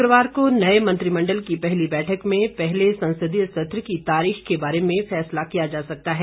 शुक्रवार को नये मंत्रिमण्डल की पहली बैठक में पहले संसदीय सत्र की तारीख के बारे में फैसला किया जा सकता है